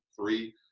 three